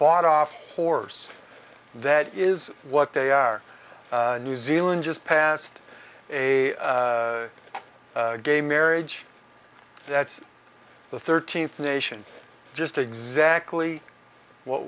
bought off horse that is what they are new zealand just passed a gay marriage that's the thirteenth nation just exactly what